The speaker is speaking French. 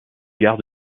gare